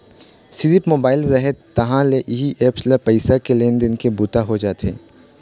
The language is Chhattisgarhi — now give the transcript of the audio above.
सिरिफ मोबाईल रहय तहाँ ले इही ऐप्स ले पइसा के लेन देन के बूता हो जाथे